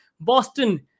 Boston